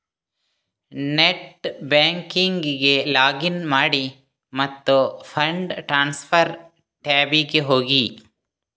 net ಬ್ಯಾಂಕಿಂಗಿಗೆ login ಮಾಡಿ ಮತ್ತು ಫಂಡ್ ಟ್ರಾನ್ಸ್ಫರ್ ಟ್ಯಾಬಿಗೆ ಹೋಗಿ